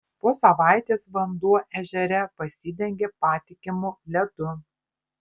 po savaitės vanduo ežere pasidengė patikimu ledu